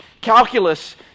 calculus